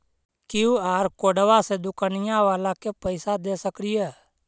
QR कोडबा से दुकनिया बाला के पैसा दे सक्रिय?